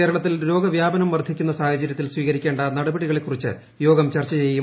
കേരളത്തിൽ രോഗവ്യാപനം വർധിക്കുന്ന സാഹചര്യത്തിൽ സ്വീകരിക്കേണ്ട നടപടികളെക്കുറിച്ച് യോഗം ചർച്ച ചെയ്യും